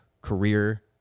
career